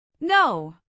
No